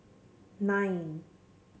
nine